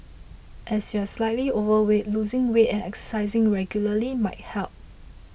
as you are slightly overweight losing weight and exercising regularly might help